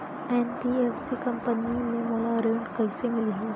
NBFC company ले मोला ऋण कइसे मिलही?